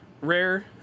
rare